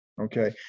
Okay